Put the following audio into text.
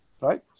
right